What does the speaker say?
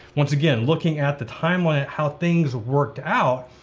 once again, looking at the timeline, how things worked out,